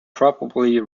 probably